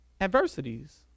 adversities